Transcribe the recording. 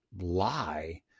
lie